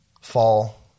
fall